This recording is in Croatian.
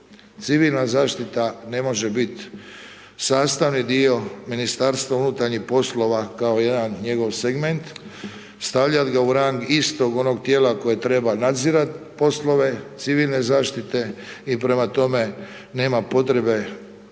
Civilna zaštita ne može biti sastavni dio MUP-a kao jedan njegov segment, stavljat ga u rang istog onog tijela koje treba nadzirat poslove civilne zaštite i prema tome, nema potrebe